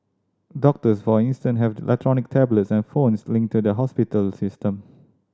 doctors for instance have electronic tablets and phones linked to the hospital system